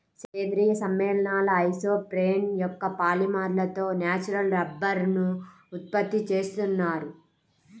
సేంద్రీయ సమ్మేళనాల ఐసోప్రేన్ యొక్క పాలిమర్లతో న్యాచురల్ రబ్బరుని ఉత్పత్తి చేస్తున్నారు